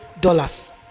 dollars